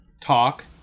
talk